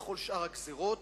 ואת כל שאר הגזירות,